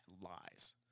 lies